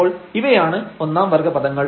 അപ്പോൾ ഇവയാണ് ഒന്നാം വർഗ്ഗ പദങ്ങൾ